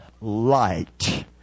light